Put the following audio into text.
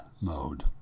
mode